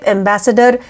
Ambassador